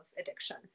addiction